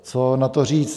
Co na to říct?